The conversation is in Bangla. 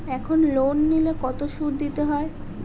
এখন লোন নিলে কত সুদ দিতে হয়?